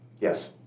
Yes